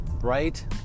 right